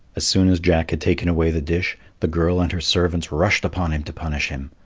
as soon as jack had taken away the dish, the girl and her servants rushed upon him to punish him.